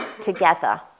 together